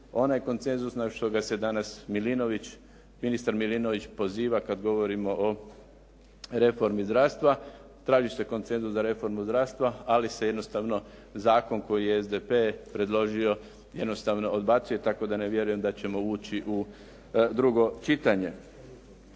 Onaj konsenzus na koji se danas ministar Milinović poziva kad govorimo o reformi zdravstva. Traži se konsenzus za reformu zdravstva ali se jednostavno zakon koji je SDP predložio jednostavno odbacuje, tako da ne vjerujem da ćemo ući u drugo čitanje.